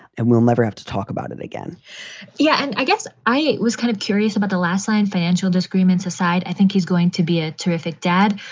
and we'll never have to talk about it again yeah. and i guess i was kind of curious about the last line, financial disagreements aside. i think he's going to be a terrific dad.